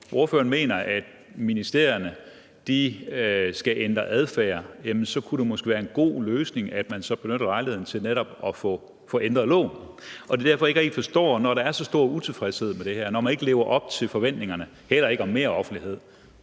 hvis ordføreren mener, at ministerierne skal ændre adfærd, kunne det måske være en god løsning at benytte lejligheden til netop at få ændret loven. Det er derfor, jeg ikke rigtig forstår – når der er så stor utilfredshed med det her, når man ikke lever op til forventningerne, heller ikke om mere offentlighed